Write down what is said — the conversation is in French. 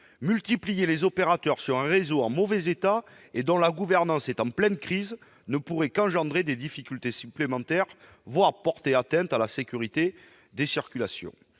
Multiplier les opérateurs sur un réseau en mauvais état et dont la gouvernance est en pleine crise, ne pourrait que créer des difficultés supplémentaires, voire porter atteinte à la sécurité des circulations.